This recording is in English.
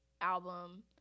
album